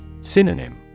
Synonym